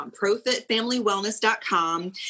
ProfitFamilyWellness.com